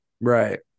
Right